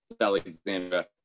Alexandra